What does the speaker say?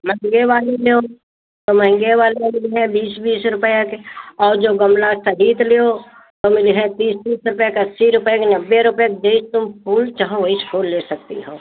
महंगे वाले लेऊ तऊ महंगे वाले मिलिहे बीस बीस रुपया के और जो गमला खरीद लेओ तो मिलीहे तीस तीस रुपये के अस्सी रुपये के नब्बे रुपये के जइस तुम फूल चाहो तईस फूल ले सकती हओ